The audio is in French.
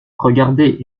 regardez